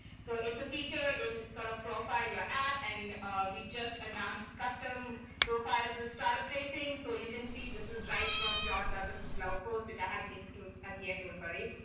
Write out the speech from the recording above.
so it's a feature sort of profiling your app, and we just announced custom profiles with startup tracing. so you can see this is right from john douglas's blog post, which i have links to at the end, don't worry.